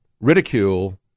ridicule